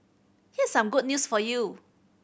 here's some good news for you